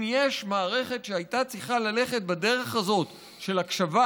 אם יש מערכת שהייתה צריכה ללכת בדרך הזאת של הקשבה,